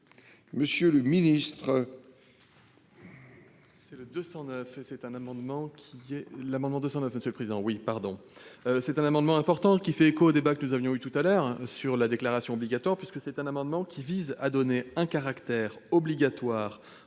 monsieur le ministre,